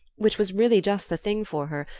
which was really just the thing for her,